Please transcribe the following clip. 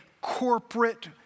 corporate